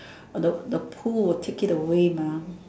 the the pool will take it away Ma